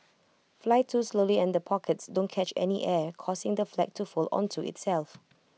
fly too slowly and pockets don't catch any air causing the flag to fold onto itself